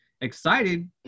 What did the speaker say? excited